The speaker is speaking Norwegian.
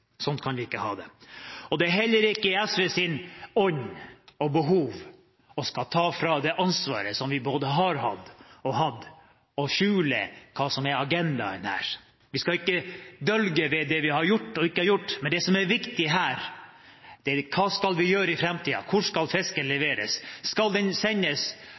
Sånn kan vi ikke ha det. Det er heller ikke i SVs ånd å skulle ta bort det ansvaret som vi både har hatt og har og skjule hva som er agendaen her. Vi skal ikke dølge det vi har gjort og ikke gjort. Det som er viktig, er hva vi skal gjøre i framtiden – hvor skal fisken leveres? Skal den sendes